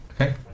Okay